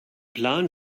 plan